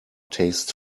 taste